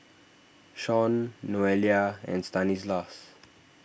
Shaun Noelia and Stanislaus